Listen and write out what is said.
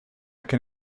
can